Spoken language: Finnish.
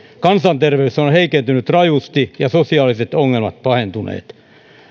kansanterveys on on heikentynyt rajusti ja sosiaaliset ongelmat pahentuneet